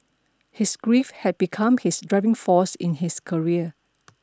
his grief had become his driving force in his career